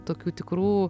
tokių tikrų